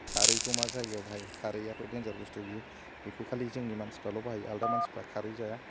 खारैखौ मा जायगायाव बाहायो खारैयाथ' देन्जार बुस्तु बेयो बेखौ खालि जोंनि मानसिफोराल' बाहायो आलादा मानसिफोरा खारै जाया